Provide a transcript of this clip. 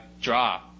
draw